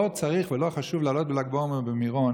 צריך ולא חשוב לעלות בל"ג בעומר למירון,